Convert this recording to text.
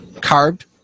carved